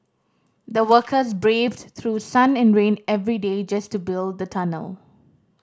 the workers braved through sun and rain every day just to build the tunnel